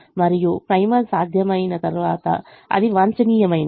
మరియు ప్రైమల్ సాధ్యమైన తర్వాత అది వాంఛనీయమైనది